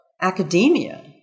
academia